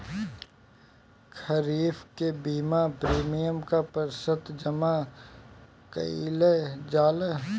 खरीफ के बीमा प्रमिएम क प्रतिशत जमा कयील जाला?